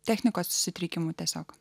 technikos sutrikimų tiesiog